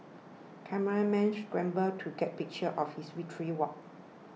cameramen scramble to get pictures of his victory walk